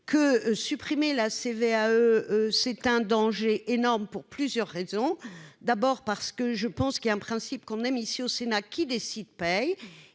que supprimer la CVAE c'est un danger énorme pour plusieurs raisons : d'abord parce que je pense qu'il y a un principe qu'on aime ici au Sénat, qui décide paye